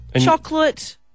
Chocolate